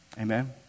Amen